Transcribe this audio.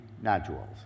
nodules